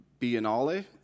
Biennale